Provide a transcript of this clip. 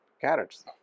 carrots